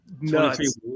nuts